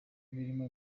birimo